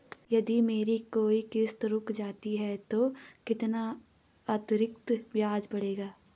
यदि मेरी कोई किश्त रुक जाती है तो कितना अतरिक्त ब्याज पड़ेगा?